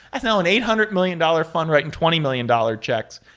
that's now an eight hundred million dollars fund writing twenty million dollars checks.